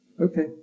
Okay